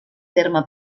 terme